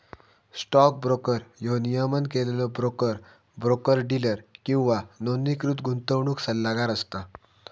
stock broker ह्यो नियमन केलेलो ब्रोकर, ब्रोकर डीलर किंवा नोंदणीकृत गुंतवणूक सल्लागार असता